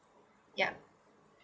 yup